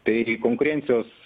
tai konkurencijos